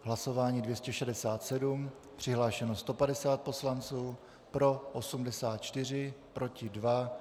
Hlasování 267, přihlášeno 150 poslanců, pro 84, proti 2.